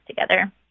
together